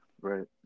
Right